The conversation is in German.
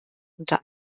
unter